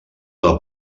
una